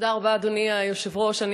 תודה רבה, אדוני היושב-ראש.